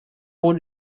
would